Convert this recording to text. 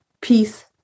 peace